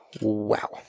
Wow